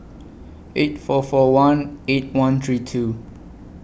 eight four four one eight one three two